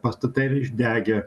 pastatai yra išdegę